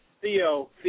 Theo